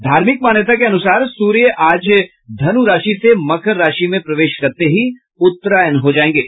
धार्मिक मान्यता के अनुसार सूर्य आज धनु राशि से मकर राशि में प्रवेश करते ही उत्तरायण हो जायेंगे